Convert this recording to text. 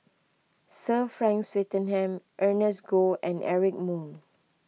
Sir Frank Swettenham Ernest Goh and Eric Moo